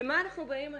למה אנחנו באים היום?